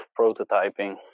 prototyping